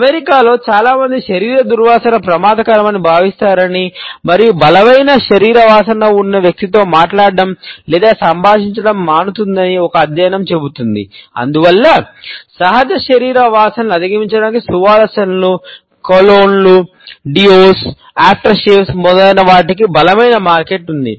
అమెరికాలో ఉంది